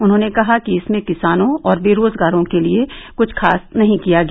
उन्होंने कहा कि इसमें किसानों और बेरोजगारों के लिए कुछ खास नहीं किया गया